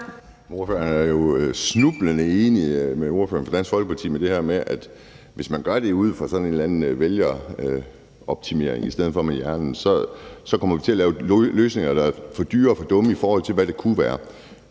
Ordføreren er jo snublende tæt på at være enig med ordføreren for Dansk Folkeparti i det her med, at hvis man gør det ud fra sådan en eller anden vælgeroptimering i stedet for med hjernen, kommer man til at lave løsninger, der er for dyre og for dumme, i forhold til hvad de kunne være,